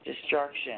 destruction